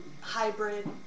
hybrid